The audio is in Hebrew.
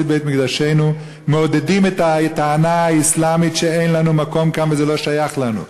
בית-מקדשנו מעודדים את הטענה האסלאמית שאין לנו מקום כאן וזה לא שייך לנו.